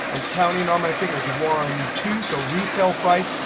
i'm counting on my fingers one, two. so retail price,